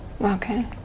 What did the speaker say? Okay